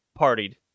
partied